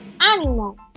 animal